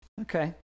Okay